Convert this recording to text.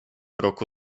roku